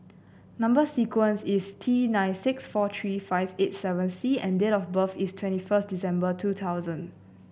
number sequence is T nine six four three five eight seven C and date of birth is twenty first December two thousand